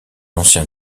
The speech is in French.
ancien